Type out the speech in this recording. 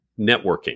networking